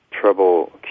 trouble